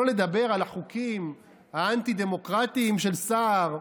שלא לדבר על החוקים האנטי-דמוקרטיים של סער.